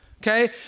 okay